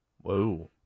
Whoa